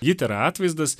ji tėra atvaizdas